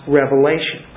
revelation